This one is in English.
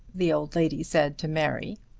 the old lady said to mary.